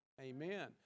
Amen